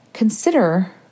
consider